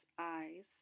eyes